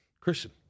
Christian